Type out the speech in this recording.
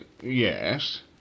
yes